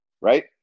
right